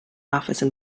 office